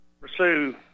pursue